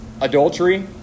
adultery